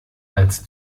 als